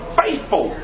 faithful